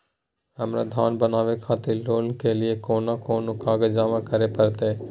हमरा धर बनावे खातिर लोन के लिए कोन कौन कागज जमा करे परतै?